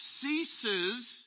ceases